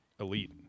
elite